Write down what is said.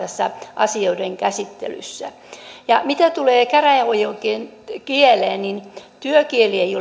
asioiden käsittelyssä ja mitä tulee käräjäoikeuden kieleen niin työkieli ei